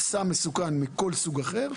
סם מסוכן מכל סוג אחר.